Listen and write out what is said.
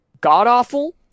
god-awful